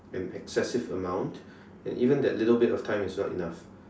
an excessive amount and even that little bit of time is not enough